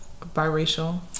biracial